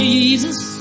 Jesus